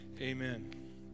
amen